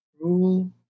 rule